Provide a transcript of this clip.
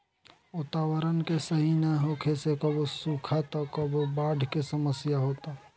वातावरण के सही ना होखे से कबो सुखा त कबो बाढ़ के समस्या होता